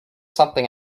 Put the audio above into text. something